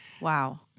Wow